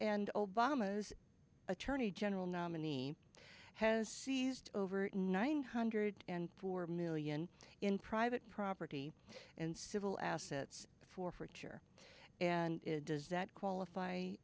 obama's attorney general nominee has seized over nine hundred and four million in private property and civil assets for for sure and does that qualify